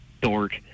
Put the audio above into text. dork